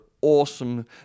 awesome